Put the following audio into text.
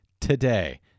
today